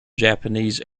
japanese